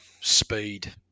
speed